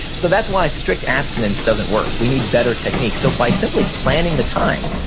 so that's why strict abstinence doesn't work. we need better techniques. so by simply planning the time,